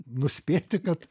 nuspėti kad